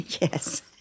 Yes